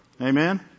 Amen